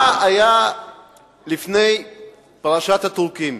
מה היה לפני פרשת הטורקים?